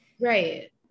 right